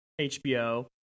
HBO